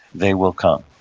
they will come.